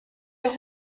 der